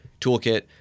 toolkit